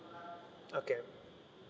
okay